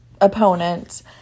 opponents